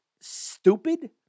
stupid